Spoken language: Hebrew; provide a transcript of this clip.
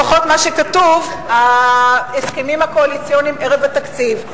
לפחות לפי מה שכתוב בהסכמים הקואליציוניים ערב התקציב.